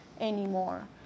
anymore